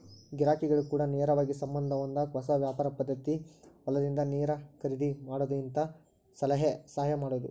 ಗಿರಾಕಿಗಳ ಕೂಡ ನೇರವಾಗಿ ಸಂಬಂದ ಹೊಂದಾಕ ಹೊಸ ವ್ಯಾಪಾರ ಪದ್ದತಿ ಹೊಲದಿಂದ ನೇರ ಖರೇದಿ ಮಾಡುದು ಹಿಂತಾ ಸಲಹೆ ಸಹಾಯ ಮಾಡುದು